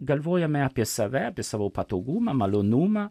galvojame apie save apie savo patogumą malonumą